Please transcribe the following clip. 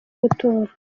gutora